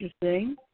interesting